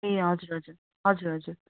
ए हजुर हजुर हजुर हजुर